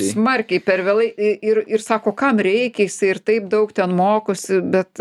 smarkiai per vėlai ir ir sako kam reikia jisai ir taip daug ten mokosi bet